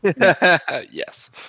yes